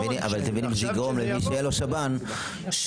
זמינות מהירה לתורים בשב"ן.